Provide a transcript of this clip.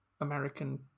American